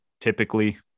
typically